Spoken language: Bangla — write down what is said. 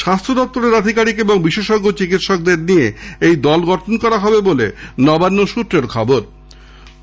স্বাস্থ্য দফতরের আধিকারিক ও বিশেষজ্ঞ চিকিৎসকদের নিয়ে এই দল গঠন করা হবে বলে নবান্ন সৃত্রে জানা গেছে